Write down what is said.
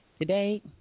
Today